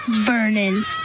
Vernon